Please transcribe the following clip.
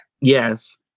Yes